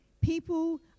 People